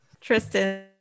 Tristan